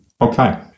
Okay